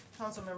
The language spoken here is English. councilmember